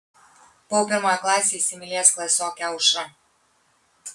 buvau pirmoje klasėje įsimylėjęs klasiokę aušrą